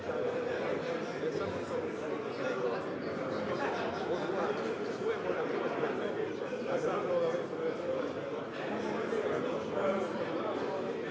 Hvala